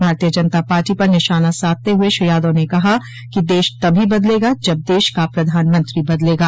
भारतीय जनता पार्टी पर निशाना साधते हुए श्री यादव ने कहा कि देश तभी बदलेगा जब देश का प्रधानमंत्री बदलेगा